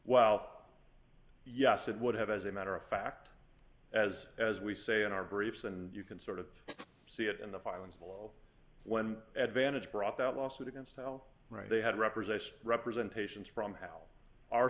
well yes it would have as a matter of fact as as we say in our briefs and you can sort of see it in the filings of all when advantage brought that lawsuit against al right they had represented representation from how our